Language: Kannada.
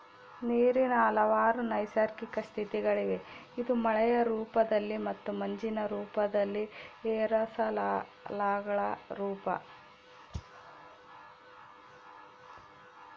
ನೀರಿನ ಹಲವಾರು ನೈಸರ್ಗಿಕ ಸ್ಥಿತಿಗಳಿವೆ ಇದು ಮಳೆಯ ರೂಪದಲ್ಲಿ ಮತ್ತು ಮಂಜಿನ ರೂಪದಲ್ಲಿ ಏರೋಸಾಲ್ಗಳ ರೂಪ